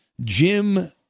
Jim